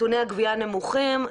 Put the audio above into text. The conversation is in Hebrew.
נתוני הגבייה נמוכים,